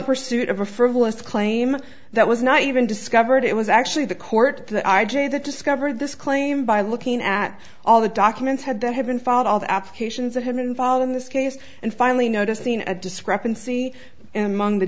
pursuit of a frivolous claim that was not even discovered it was actually the court the i j a that discovered this claim by looking at all the documents had to have been followed all the applications that had been followed in this case and finally noticing a discrepancy in among the